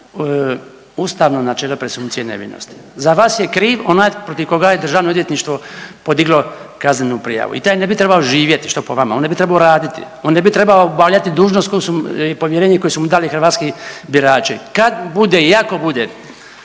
ustavno načelo presumpcije nevinosti. Za vas je kriv onaj protiv koga je DORH podiglo kaznenu prijavu i taj ne bi trebao živjeti, što, po vama? On ne bi trebao raditi? On ne bi trebao obavljati dužnosti i povjerenje koju su mu dali hrvatski birači? Kad bude i ako bude